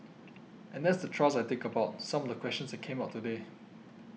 and that's the thrust I think about some of the questions that came up today